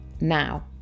now